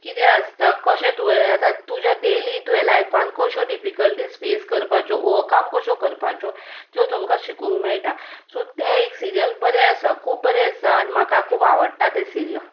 कितें आसता आतां कशें तुवें डॅयली तुज्या लायफांत कश्यो डिफिकल्टीज फेस करपाच्यो ओवरकाम कश्यो करपाच्यो त्यो तुमकां शिकूंक मेळटा सो तें एक सिरीयल बरें आसा खूब बरें आसा आनी म्हाका खूब आवडटा तें सिरीयल